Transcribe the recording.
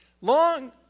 Long